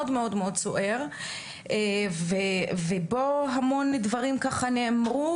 מאוד סוער ובו המון דברים ככה נאמרו,